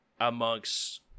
amongst